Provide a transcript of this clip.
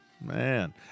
Man